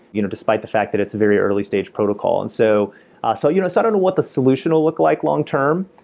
you know despite the fact that it's a very early-stage protocol and so ah so you know i don't know what the solution will look like long term.